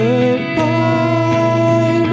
Goodbye